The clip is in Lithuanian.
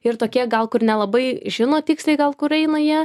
ir tokie gal kur nelabai žino tiksliai gal kur eina jie